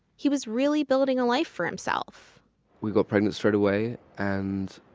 he was really building a life for himself we got pregnant straight away and